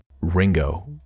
Ringo